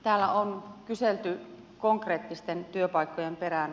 täällä on kyselty konkreettisten työpaikkojen perään